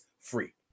free